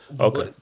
Okay